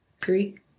three